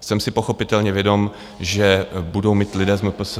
Jsem si pochopitelně vědom, že budou mít lidé z MPSV